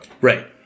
Right